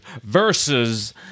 versus